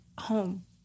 home